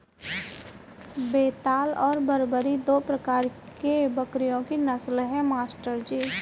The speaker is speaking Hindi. बेताल और बरबरी दो प्रकार के बकरियों की नस्ल है मास्टर जी